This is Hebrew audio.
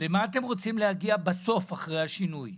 למה אתם רוצים להגיע בסוף, אחרי השינוי?